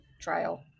trial